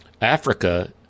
Africa